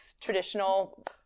Traditional